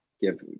give